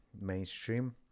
mainstream